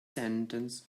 sentence